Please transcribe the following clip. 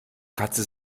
katze